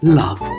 love